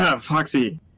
foxy